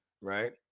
right